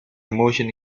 motion